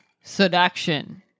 seduction